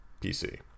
PC